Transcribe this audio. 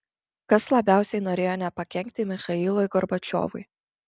kas labiausiai norėjo nepakenkti michailui gorbačiovui